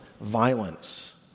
violence